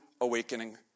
awakening